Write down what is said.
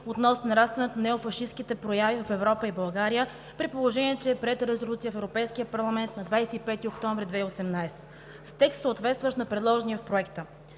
относно нарастването на неофашистките прояви в Европа и България, при положение че е приета Резолюция в Европейския парламент на 25 октомври 2018 г. с текст, съответстващ на предложения в Проекта.